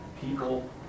people